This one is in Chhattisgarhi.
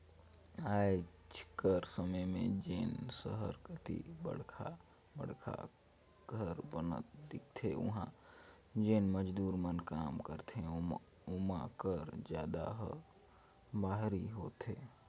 आएज कर समे में जेन सहर कती बड़खा बड़खा घर बनत दिखथें उहां जेन मजदूर मन काम करथे ओमा कर जादा ह बाहिरी होथे